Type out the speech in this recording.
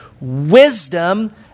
wisdom